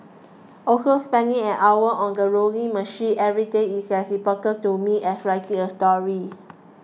also spending an hour on the rowing machine every day is to me as writing a story